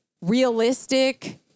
realistic